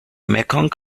mekong